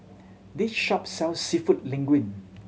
this shop sells Seafood Linguine